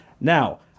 Now